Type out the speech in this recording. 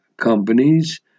companies